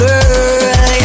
Girl